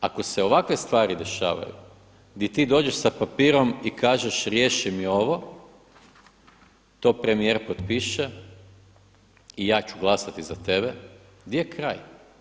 Ako se ovakve stvari dešavaju di ti dođeš sa papirom i kažeš riješi mi ovo, to premijer potpiše i ja ću glasati za tebe, gdje je kraj?